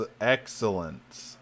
excellent